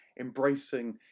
embracing